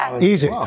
Easy